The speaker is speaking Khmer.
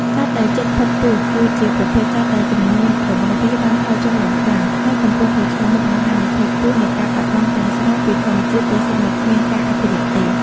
សត្វដែលជិតផុតពូជ គឺជាប្រភេទសត្វដែលចំនួនរបស់វាបានថយចុះយ៉ាងខ្លាំង ហើយកំពុងប្រឈមមុខនឹងហានិភ័យខ្ពស់នៃការបាត់បង់ទាំងស្រុងពីធម្មជាតិ ប្រសិនបើគ្មានការអភិរក្សទេ។